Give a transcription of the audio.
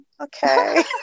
Okay